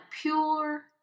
pure